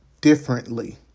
differently